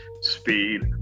speed